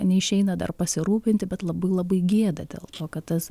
neišeina dar pasirūpinti bet labai labai gėda dėl to kad tas